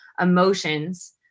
emotions